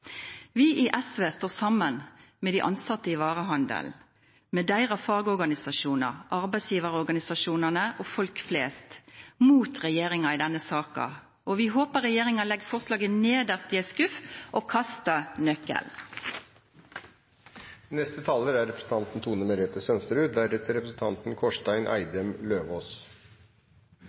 Vi i SV står sammen med de ansatte i varehandelen, med deres fagorganisasjoner, arbeidsgiverorganisasjonene og folk flest mot regjeringen i denne saken, og vi håper regjeringen legger forslaget nederst i en skuff og kaster